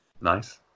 Nice